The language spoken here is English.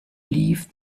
leave